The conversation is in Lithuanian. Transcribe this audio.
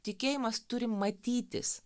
tikėjimas turi matytis